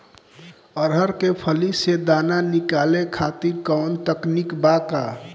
अरहर के फली से दाना निकाले खातिर कवन तकनीक बा का?